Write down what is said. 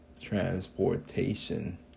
Transportation